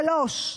שלוש: